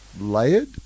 Layered